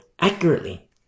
accurately